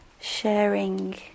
sharing